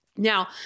Now